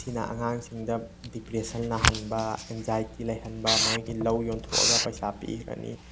ꯁꯤꯅ ꯑꯉꯥꯡꯁꯤꯡꯗ ꯗꯤꯄ꯭ꯔꯦꯁꯟ ꯅꯥꯍꯟꯕ ꯑꯦꯟꯖꯥꯏꯇꯤ ꯂꯩꯍꯟꯕ ꯃꯣꯏꯒꯤ ꯂꯧ ꯌꯣꯟꯊꯣꯛꯑꯒ ꯄꯩꯁꯥ ꯄꯤꯈ꯭ꯔꯅꯤ